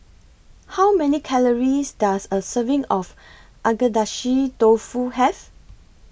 How Many Calories Does A Serving of Agedashi Dofu Have